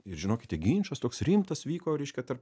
ir žinokite ginčas toks rimtas vyko reiškia tarp